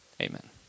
Amen